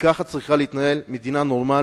כי כך צריכה להתנהל מדינה נורמלית,